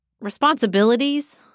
responsibilities